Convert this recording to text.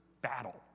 battle